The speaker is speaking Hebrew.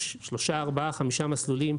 יש שלושה-ארבעה-חמישה מסלולים,